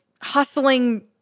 hustling